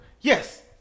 yes